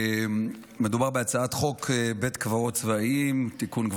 מדובר בהצעת חוק בית קברות צבאיים (תיקון,